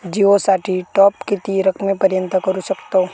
जिओ साठी टॉप किती रकमेपर्यंत करू शकतव?